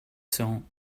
cents